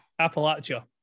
Appalachia